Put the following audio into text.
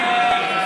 25, נגד 37,